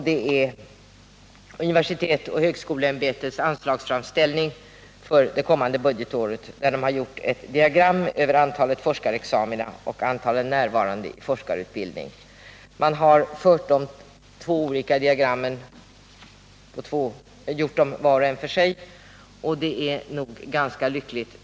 Det är universitetsoch högskoleämbetets anslagsframställning för det kommande budgetåret. Där finns diagram som visar antalet forskarexamina och antalet närvarande i forskarutbildningen. Man har gjort de båda diagrammen vart och ett för sig, och det är nog ganska lyckligt.